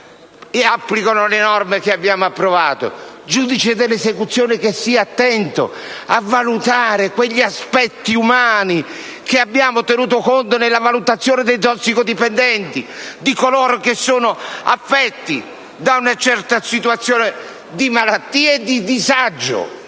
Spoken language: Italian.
applichino le norme che abbiamo approvato e giudici dell'esecuzione che siano attenti a valutare quegli aspetti umani di cui abbiamo tenuto conto nella valutazione dei tossicodipendenti e di coloro che sono affetti da una certa situazione di malattia e di disagio.